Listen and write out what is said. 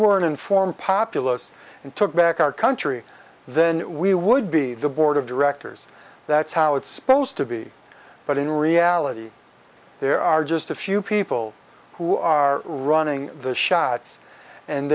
an informed populace and took back our country then we would be the board of directors that's how it spells to be but in reality there are just a few people who are running the shots and